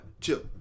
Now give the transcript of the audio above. Chill